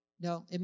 no